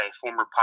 former